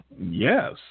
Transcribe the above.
Yes